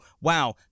wow